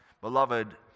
beloved